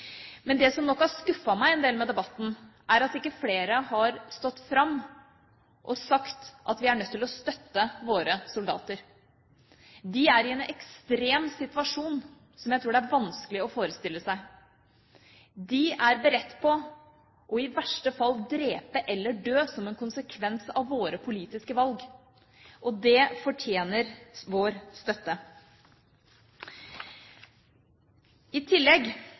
Det som nok har skuffet meg en del med debatten, er at ikke flere har stått fram og sagt at vi er nødt til å støtte våre soldater. De er i en ekstrem situasjon som jeg tror det er vanskelig å forestille seg. De er beredt på i verste fall å drepe eller dø som en konsekvens av våre politiske valg. Det fortjener vår støtte. I tillegg